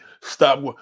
Stop